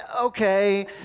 okay